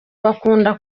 bakunda